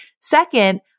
Second